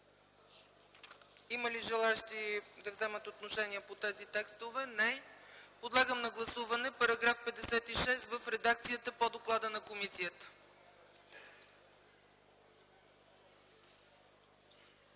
Има ли желаещи да вземат отношение по тези текстове? Няма. Подлагам на гласуване § 56 в редакцията по доклада на комисията.